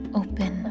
open